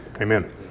Amen